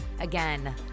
again